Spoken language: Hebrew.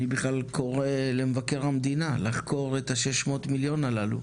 אני בכלל קורא למבקר המדינה לחקור את ה-600 מיליון הללו.